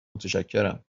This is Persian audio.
متشکرم